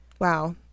wow